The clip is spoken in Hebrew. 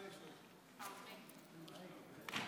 ערב טוב.